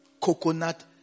Coconut